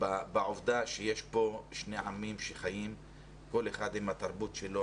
בעובדה שיש פה שני עמים שחיים כל אחד עם התרבות שלו,